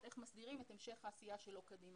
איך מסדירים את המשך העשייה שלו קדימה.